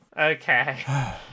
Okay